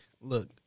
Look